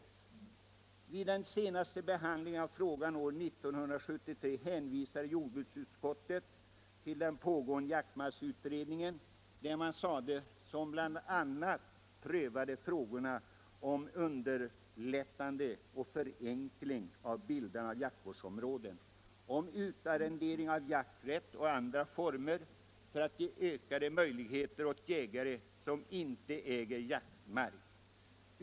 Vid den senaste behandlingen av frågan år 1973 hänvisade jordbruksutskottet till den pågående jaktmarksutredningen som — så heter det i utskottets betänkande — bl.a. prövade frågorna om underlättande och förenkling av bildandet av jaktvårdsområden, om utarrendering av jakträtt och om andra former för att ge ökade jaktmöjligheter åt jägare som inte äger jaktmark.